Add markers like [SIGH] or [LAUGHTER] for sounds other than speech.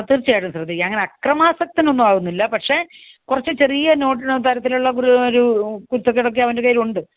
തീർച്ചയായിട്ടും ശ്രദ്ധിക്കാം അങ്ങനെ അക്രമാസക്തനൊന്നും ആവുന്നില്ല പക്ഷെ കുറച്ചു ചെറിയ [UNINTELLIGIBLE] തരത്തിലുള്ള കുരുത്തക്കേടൊക്കെ അവൻ്റെ കയ്യിലുണ്ട്